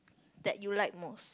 that you like most